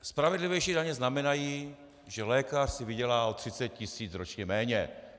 Spravedlivější daně znamenají, že lékař si vydělá o 30 tisíc ročně méně.